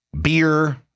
beer